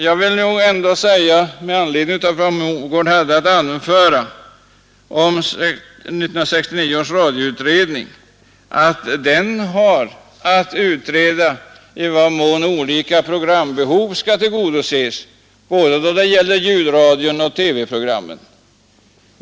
Jag vill nog ändå, med anledning av vad fru Mogård hade att anföra om 1969 års radioutredning, säga att den har att utreda i vad mån olika programbehov skall tillgodoses både då det gäller ljudradion och då det gäller TV-programmen.